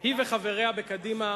היא וחבריה בקדימה